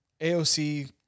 AOC